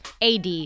AD